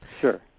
sure